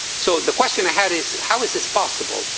so, the question i had is, how is this possible?